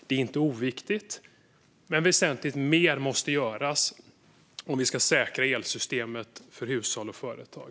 Det är inte oviktigt, men väsentligt mer måste göras om vi ska säkra elsystemet för hushåll och företag.